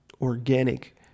organic